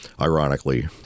ironically